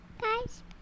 guys